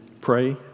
pray